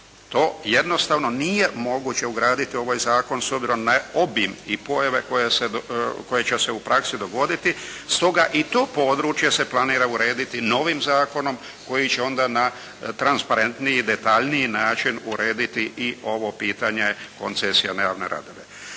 To jednostavno nije moguće ugraditi u ovaj zakon s obzirom na obim i pojave koje će se u praksi dogoditi. Stoga i to područje se planira urediti novim zakonom koji će onda na transparentniji, detaljniji način urediti i ovo pitanje koncesija na javne radove.